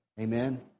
Amen